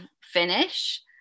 finish